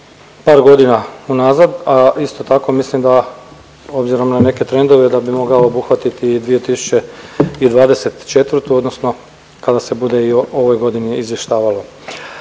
par godina unazad, a isto tako mislim da obzirom na neke trendove da bi mogao obuhvatiti i 2024. odnosno kada se bude i o ovoj godini izvještavalo.